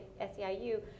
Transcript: SEIU